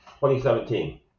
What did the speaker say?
2017